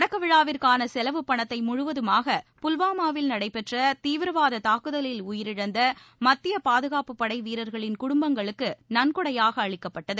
தொடக்கவிழாவிற்கானசெலவு பணத்தைமுழுவதுமாக புல்வாமாவில் நடைபெற்றதீவிரவாததாக்குதலில் உயிரிழந்தமத்தியபாதுகாப்பு படைவீரர்களின் குடும்பங்களுக்குநன்கொடையாகஅளிக்கப்பட்டது